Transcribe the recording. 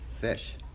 fish